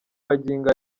magingo